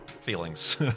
feelings